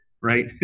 right